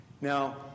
Now